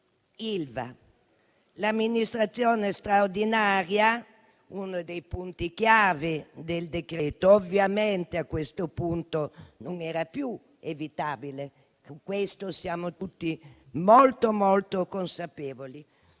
L'amministrazione straordinaria, uno dei punti chiave del decreto, ovviamente a questo punto non era più evitabile, e di questo siamo tutti molto consapevoli.